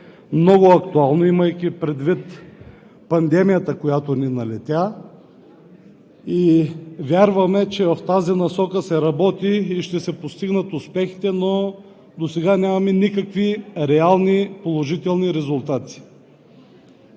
много актуално, имайки предвид пандемията, която ни налетя. Вярваме, че в тази насока се работи и ще се постигнат успехите, но досега нямаме никакви реални положителни резултати.